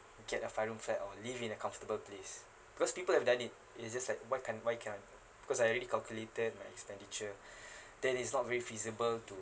get a five room flat or live in a comfortable place because people have done it it's just like why can't why can't I because I already calculated my expenditure then it's not very feasible to